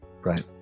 Right